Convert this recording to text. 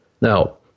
Now